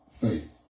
faith